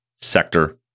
Sector